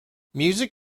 music